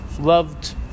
loved